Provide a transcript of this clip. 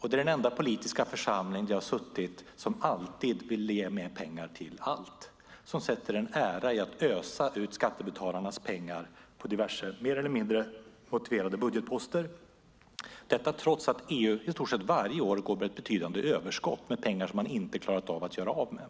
och det är den enda politiska församling där jag suttit som alltid vill ge mer pengar till allt, som sätter en ära i att ösa ut skattebetalarnas pengar på diverse mer eller mindre voterade budgetposter, detta trots att EU i stort sett varje år går med ett betydande överskott av pengar som man inte klarat av att göra av med.